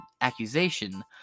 accusation